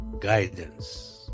guidance